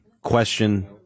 question